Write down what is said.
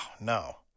no